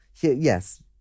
Yes